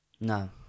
No